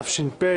תש"ף,